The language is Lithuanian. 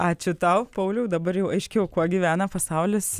ačiū tau pauliau dabar jau aiškiau kuo gyvena pasaulis